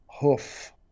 Hoof